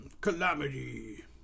Calamity